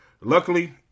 Luckily